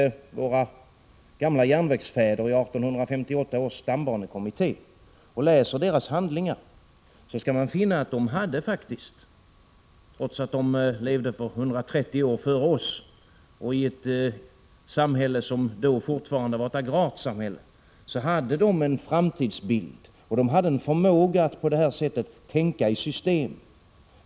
1986/87:113 gamla järnvägsfäder i 1858 års stambanekommitté, och läser deras handling 29 april 1987 ar, skall man finna att de faktiskt hade, trots att de levde 130 år före oss och i ett samhälle som fortfarande var agrart, en framtidsbild och en förmåga att tänka i system.